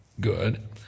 Good